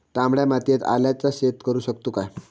तामड्या मातयेत आल्याचा शेत करु शकतू काय?